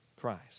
Christ